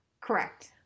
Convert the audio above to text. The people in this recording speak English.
Correct